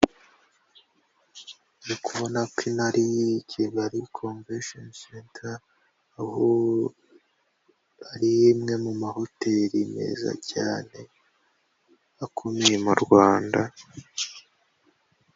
Ndi kubona ko ino ari Kigali Convention Centre aho ari imwe mu mahoteli meza cyane akomeye mu Rwanda...